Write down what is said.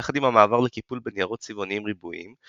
יחד עם המעבר לקיפול בניירות צבעוניים ריבועיים,